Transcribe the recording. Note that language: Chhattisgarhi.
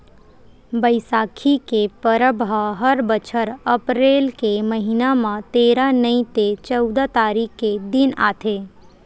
बइसाखी के परब ह हर बछर अपरेल के महिना म तेरा नइ ते चउदा तारीख के दिन आथे